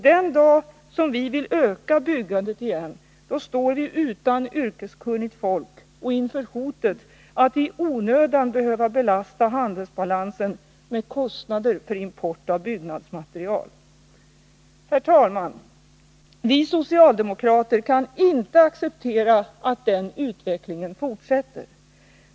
Den dag vi vill öka byggandet igen står vi utan yrkeskunnigt folk och inför hotet att i onödan behöva belasta handelsbalansen med kostnader för import av byggnadsmaterial. Herr talman! Vi socialdemokrater kan inte acceptera att denna utveckling får fortsätta.